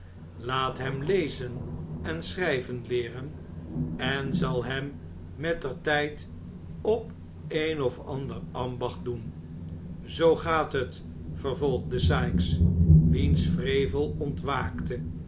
laat hem lezen en schrijven ieeren en zal hem mettertijd op een of ander ambacht doen zoo gaat het vervolgde sikes wiens wrevel ontwaakte